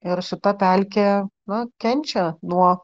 ir šita pelkė nu kenčia nuo